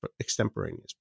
extemporaneous